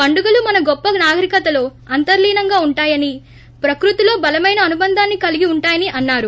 పండుగలు మన గొప్ప నాగరికతలో అంతర్లీనంగా ఉంటాయని ప్రకృతితో బలమైన అనుబంధాన్ని కలిగి ఉంటాయని అన్నారు